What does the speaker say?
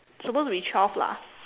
supposed to be twelve lah